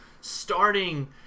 starting